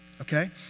Okay